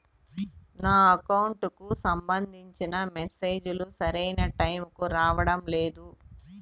నా అకౌంట్ కు సంబంధించిన మెసేజ్ లు సరైన టైము కి రావడం లేదు